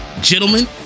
Gentlemen